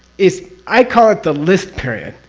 is, i call it the list period,